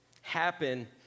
happen